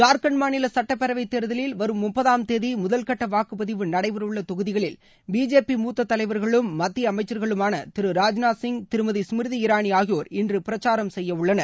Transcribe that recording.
ஜார்க்கண்ட் மாநில சட்டப்பேரவை தேர்தலில் வரும் முப்பதாம் தேதி முதல்கட்ட வாக்குப்பதிவு நடைபெறவுள்ள தொகுதிகளில் பிஜேபி மூத்த தலைவர்களும் மத்திய அமைச்சர்களுமான திரு ராஜ்நாத் சிங் திருமதி ஸ்மிருதி இரானி ஆகியோர் இன்று பிரச்சாரம் செய்யவுள்ளனர்